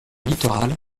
littoral